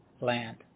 land